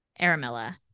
Aramilla